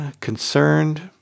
concerned